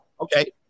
Okay